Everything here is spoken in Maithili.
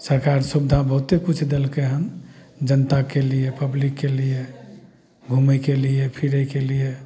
सरकार सुविधा बहुते किछु देलकै हँ जनताके लिए पब्लिकके लिए घुमैके लिए फिरैके लिए